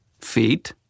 feet